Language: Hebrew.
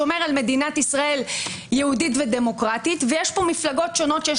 שומר על מדינת ישראל יהודית ודמוקרטית ויש פה מפלגות שונות שיש